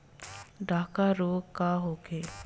डकहा रोग का होखे?